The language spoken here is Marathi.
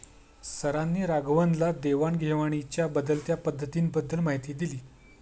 सरांनी राघवनला देवाण घेवाणीच्या बदलत्या पद्धतींबद्दल माहिती दिली